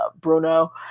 Bruno